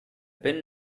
pin